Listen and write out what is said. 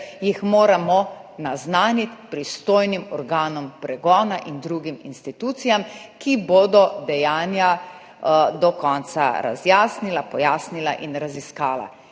jih moramo naznaniti pristojnim organom pregona in drugim institucijam, ki bodo dejanja do konca razjasnili, pojasnili in raziskali.